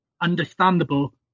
understandable